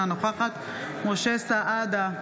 אינה נוכחת משה סעדה,